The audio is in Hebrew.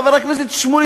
חבר הכנסת שמולי,